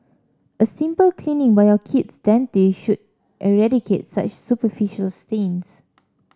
a simple cleaning by your kid's dentist should eradicate such superficial stains